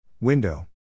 Window